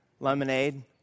Lemonade